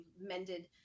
mended